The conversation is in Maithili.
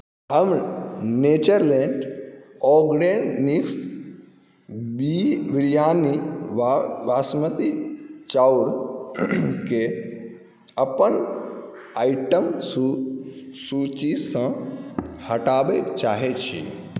हम नेचरलैंड ऑर्गेनिक्स बिरयानी बासमती चाउरकेँ अपन आइटम सूचीसँ हटाबै चाहै छी